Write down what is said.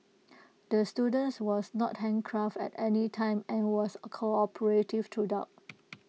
the students was not handcuffed at any time and was cooperative throughout